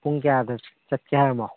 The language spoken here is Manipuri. ꯄꯨꯡ ꯀꯌꯥꯗ ꯆꯠꯀꯦ ꯍꯥꯏꯔꯤꯅꯣ